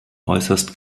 äußerst